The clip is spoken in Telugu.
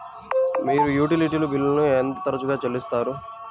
మీరు యుటిలిటీ బిల్లులను ఎంత తరచుగా చెల్లిస్తారు?